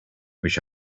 wish